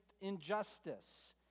injustice